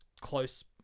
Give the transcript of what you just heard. close